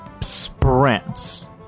sprints